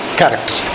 character